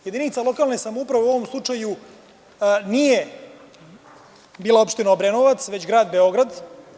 Jedinica lokalne samouprave, u ovom slučaju, nije bila opština Obrenovac, već Grad Beograd.